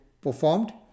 performed